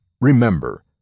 remember